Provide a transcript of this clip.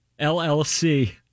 LLC